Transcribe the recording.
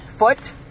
foot